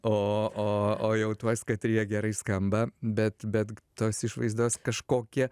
o o o jau tuos katrie gerai skamba bet bet tos išvaizdos kažkokie